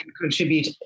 contribute